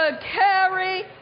carry